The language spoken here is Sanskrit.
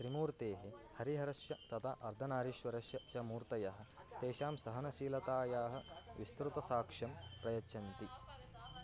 त्रिमूर्तेः हरिहरस्य तदा अर्धनारीश्वरस्य च मूर्तयः तेषां सहनशीलतायाः विस्तृतसाक्ष्यं प्रयच्छन्ति